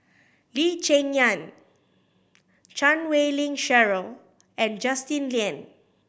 Lee Cheng Yan Chan Wei Ling Cheryl and Justin Lean